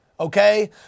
Okay